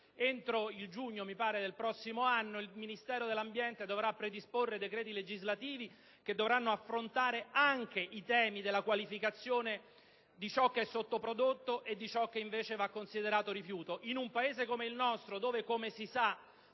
entro giugno del prossimo anno il Ministero dell'ambiente dovrà predisporre i decreti legislativi che dovranno affrontare anche i temi della qualificazione di ciò che è sottoprodotto e di ciò che, invece, va considerato rifiuto.